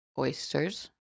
oysters